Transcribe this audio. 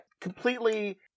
Completely